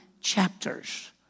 chapters